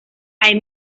hay